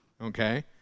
Okay